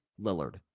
Lillard